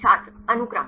छात्र अनुक्रम